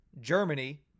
Germany